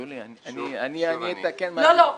שולי, אני אתקן --- לא, לא.